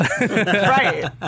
right